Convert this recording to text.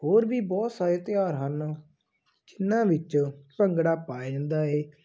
ਹੋਰ ਵੀ ਬਹੁਤ ਸਾਰੇ ਤਿਉਹਾਰ ਹਨ ਜਿਹਨਾਂ ਵਿੱਚ ਭੰਗੜਾ ਪਾਇਆ ਜਾਂਦਾ ਹੈ